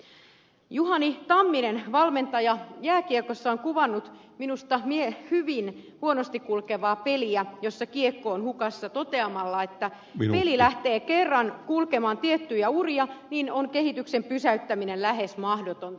jääkiekkovalmentaja juhani tamminen on minusta hyvin kuvannut huonosti kulkevaa peliä jossa kiekko on hukassa toteamalla että kun peli lähtee kerran kulkemaan tiettyjä uria niin kehityksen pysäyttäminen on lähes mahdotonta